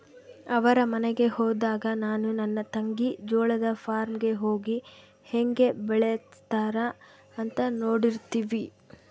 ಅವರ ಮನೆಗೆ ಹೋದಾಗ ನಾನು ನನ್ನ ತಂಗಿ ಜೋಳದ ಫಾರ್ಮ್ ಗೆ ಹೋಗಿ ಹೇಂಗೆ ಬೆಳೆತ್ತಾರ ಅಂತ ನೋಡ್ತಿರ್ತಿವಿ